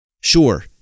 Sure